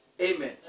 Amen